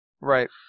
right